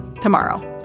tomorrow